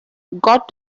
got